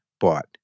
bought